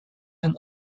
and